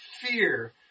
fear